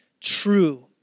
true